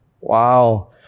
Wow